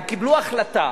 הם קיבלו החלטה,